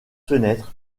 fenêtre